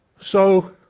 so,